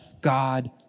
God